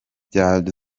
bya